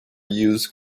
used